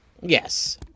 Yes